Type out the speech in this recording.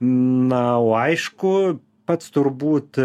na o aišku pats turbūt